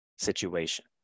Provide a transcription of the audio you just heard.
situation